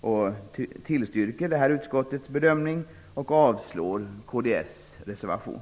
Jag yrkar bifall till utskottets hemställan i betänkandet, och avslag på kds reservation.